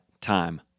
time